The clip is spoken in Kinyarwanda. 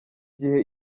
gihe